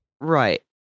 right